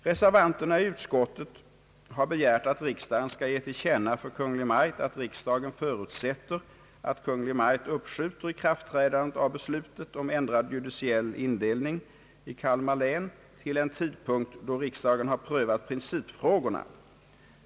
Reservanterna i utskottet har begärt att riksdagen skall ge till känna för Kungl. Maj:t att riksdagen förutsätter att Kungl. Maj:t uppskjuter ikraftträdandet av beslutet om ändrad judiciell indelning i Kalmar län till en tidpunkt då riksdagen har prövat principfrågorna.